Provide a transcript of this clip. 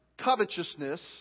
covetousness